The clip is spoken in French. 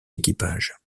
équipages